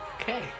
Okay